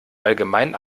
allgemein